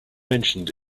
mentioned